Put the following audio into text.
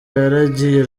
yaragiye